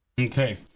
Okay